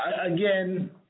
Again